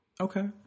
Okay